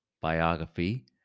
biography